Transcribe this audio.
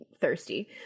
thirsty